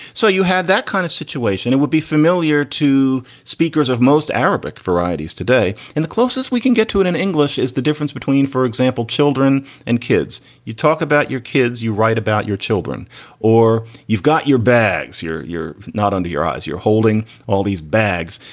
so you had that kind of situation and it would be familiar to speakers of most arabic varieties today. and the closest we can get to it in english is the difference between, for example, children and kids. you talk about your kids, you write about your children or you've got your bags. you're not under your eyes. you're holding all these bags.